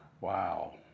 Wow